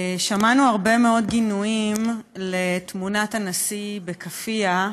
שמענו הרבה מאוד גינויים לתמונת הנשיא בכאפיה,